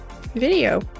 video